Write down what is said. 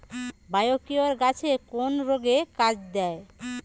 Biocure গাছের কোন রোগে কাজেদেয়?